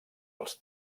els